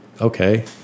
okay